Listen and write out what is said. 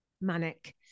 manic